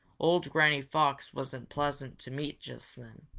old granny fox wasn't pleasant to meet just then,